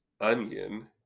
onion